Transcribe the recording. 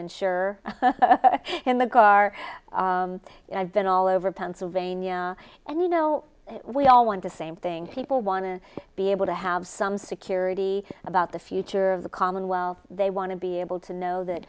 ensure in the gar i've been all over pennsylvania and you know we all want to same thing people want to be able to have some security about the future of the commonwealth they want to be able to know that